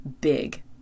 big